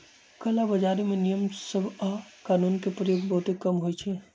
कला बजारी में नियम सभ आऽ कानून के प्रयोग बहुते कम होइ छइ